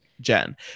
Jen